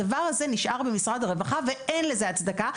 הדבר הזה נשאר במשרד הרווחה, ואין לזה הצדקה.